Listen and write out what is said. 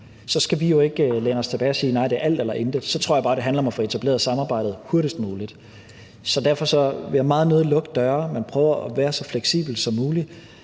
Så skal vi jo ikke læne os tilbage og sige: Nej, det er alt eller intet. Så tror jeg bare, det handler om at få etableret samarbejdet hurtigst muligt. Derfor vil jeg meget nødig lukke døre, men prøve at være så fleksibel som muligt.